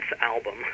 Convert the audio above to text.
album